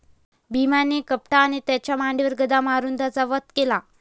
भीमाने कपटाने त्याच्या मांडीवर गदा मारून त्याचा वध केला